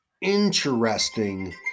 interesting